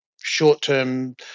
short-term